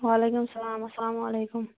وعلیکُم اسَلام اَسَلام علیکُم